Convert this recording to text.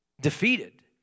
Defeated